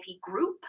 group